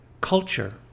culture